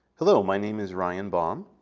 hello, my name is ryan baum.